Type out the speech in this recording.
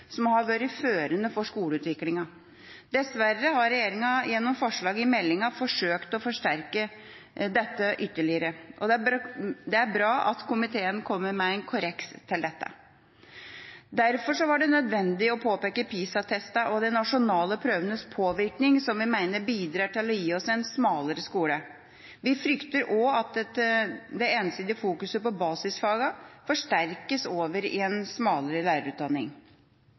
som har vært førende for skoleutviklingen. Dessverre har regjeringa gjennom forslag i meldinga forsøkt å forsterke dette ytterligere, og det er bra at komiteen kommer med en korreks til dette. Derfor var det nødvendig å påpeke PISA-testenes og de nasjonale prøvenes påvirkning, som vi mener bidrar til å gi oss en smalere skole. Vi frykter også at den ensidige fokuseringen på basisfagene forsterkes over i en smalere lærerutdanning.